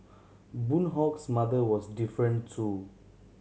Boon Hock's mother was different too